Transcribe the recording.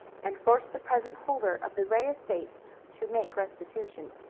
and force the present holder of the ray estate to make restitution.